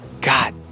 God